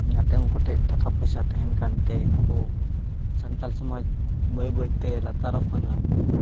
ᱚᱱᱟᱛᱮ ᱩᱱᱠᱩ ᱴᱷᱮᱡ ᱴᱟᱠᱟ ᱯᱚᱭᱥᱟ ᱛᱟᱦᱮᱱ ᱠᱟᱱᱛᱮ ᱱᱩᱠᱩ ᱥᱟᱱᱛᱟᱞ ᱥᱚᱢᱟᱡᱽ ᱵᱟᱹᱭ ᱵᱟᱹᱭ ᱛᱮ ᱞᱟᱛᱟᱨᱚᱜ ᱠᱟᱱᱟ